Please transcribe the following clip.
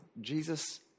Jesus